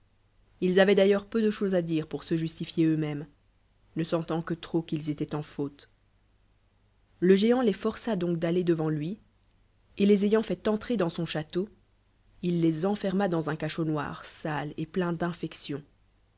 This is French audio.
ils avaient d'ailleurs peu de chose ù dire pour se justifier eux mémea ne sçutant que trop qu'il étoient en faute le géant les força donc d'ail el devant l ai y et les yant fait eatre dans son château il lese nferma dam le géant désespoir les rcucontre r il le jette rdans uu s cachot un cachot noir sale et plein d'inrection